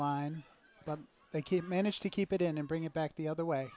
line but they keep managed to keep it in and bring it back the other way